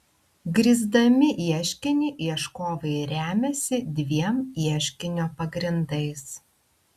grįsdami ieškinį ieškovai remiasi dviem ieškinio pagrindais